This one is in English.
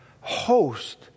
host